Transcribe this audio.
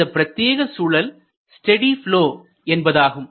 அந்த பிரத்தியேக சூழல் ஸ்டெடி ப்லொ என்பதாகும்